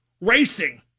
racing